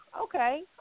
okay